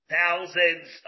Thousands